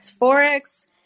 Forex